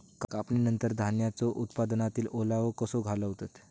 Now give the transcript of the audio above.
कापणीनंतर धान्यांचो उत्पादनातील ओलावो कसो घालवतत?